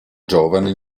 giovane